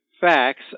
facts